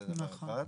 זה דבר אחד.